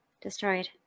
destroyed